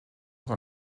dans